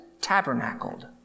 tabernacled